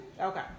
Okay